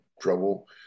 trouble